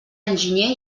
enginyer